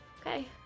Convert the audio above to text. Okay